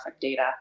data